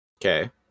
Okay